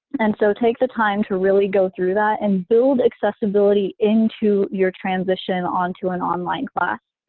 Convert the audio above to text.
and so take the time to really go through that and build accessibility into your transition onto an online class.